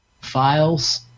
files